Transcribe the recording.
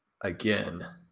again